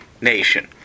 nation